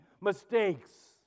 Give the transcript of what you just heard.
mistakes